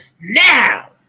Now